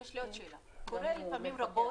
קורה פעמים רבות